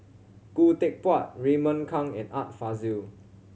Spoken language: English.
Khoo Teck Puat Raymond Kang and Art Fazil